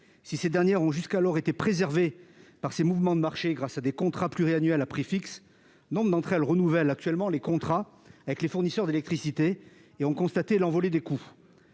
Si ces dernières ont jusqu'alors été préservées par ces mouvements de marché grâce à des contrats pluriannuels à prix fixes, nombre d'entre elles renouvellent actuellement les contrats avec les fournisseurs d'électricité et ont pu constater l'envolée des coûts.